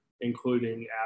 including